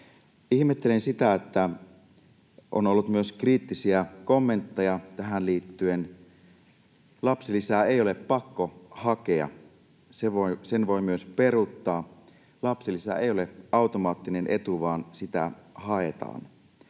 Ihmettelen sitä, että on ollut myös kriittisiä kommentteja tähän liittyen. Lapsilisää ei ole pakko hakea, sen voi myös peruuttaa. Lapsilisä ei ole automaattinen etu, vaan sitä haetaan,